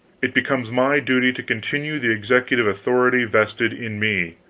it becomes my duty to continue the executive authority vested in me,